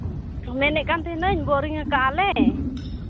ᱢᱮᱱᱮᱫ ᱠᱟᱱ ᱛᱟᱦᱮᱱᱤᱧ ᱵᱳᱨᱤᱝᱠᱟᱫ ᱛᱟᱦᱮᱱᱟᱞᱮ